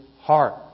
heart